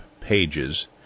pages